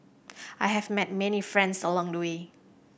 I have met many friends along the way